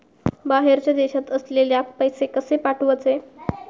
बाहेरच्या देशात असलेल्याक पैसे कसे पाठवचे?